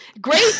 Great